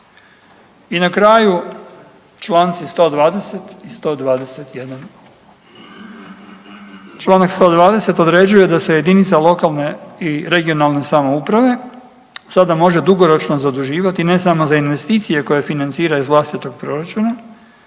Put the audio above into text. I na kraju, čl. 120 i 121, čl. 120 određuje da se jedinice lokalne i regionalne samouprave sada može dugoročno zaduživati i ne samo za investicije koje financira iz vlastitog proračuna,